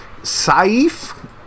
Saif